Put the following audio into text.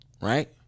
Right